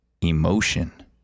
emotion